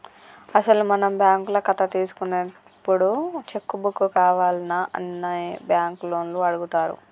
అసలు మనం బ్యాంకుల కథ తీసుకున్నప్పుడే చెక్కు బుక్కు కావాల్నా అని బ్యాంకు లోన్లు అడుగుతారు